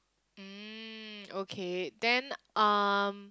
mm okay then um